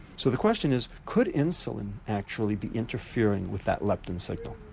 so the question is, could insulin actually be interfering with that leptin signal,